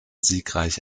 siegreich